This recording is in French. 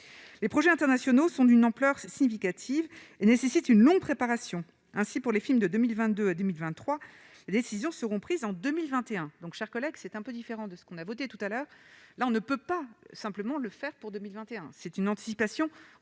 les projets internationaux sont d'une ampleur significative et nécessite une longue préparation, ainsi pour les films de 2022 à 2023, les décisions seront prises en 2021 donc, chers collègues, c'est un peu différent de ce qu'on a voté tout à l'heure, là on ne peut pas simplement le faire pour 2021 c'est une anticipation